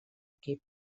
equip